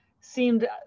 seemed